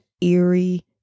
eerie